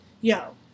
yo